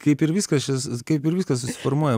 kaip ir viskas čia kaip ir viskas susiformuoja